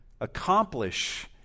accomplish